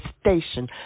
station